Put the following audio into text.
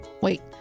Wait